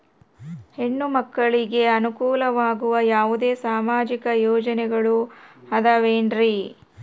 ಹೆಣ್ಣು ಮಕ್ಕಳಿಗೆ ಅನುಕೂಲವಾಗುವ ಯಾವುದೇ ಸಾಮಾಜಿಕ ಯೋಜನೆಗಳು ಅದವೇನ್ರಿ?